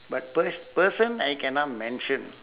but pers~ person I cannot mention